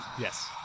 Yes